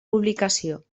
publicació